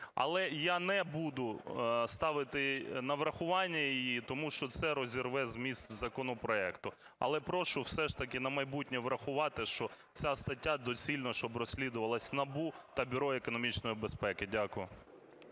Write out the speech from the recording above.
Але я не буду ставити на врахування її, тому що це розірве зміст законопроекту. Але прошу все ж таки на майбутнє врахувати, що ця стаття доцільно, щоб розслідувалась НАБУ та Бюро економічної безпеки. Дякую.